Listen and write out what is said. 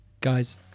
guys